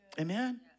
Amen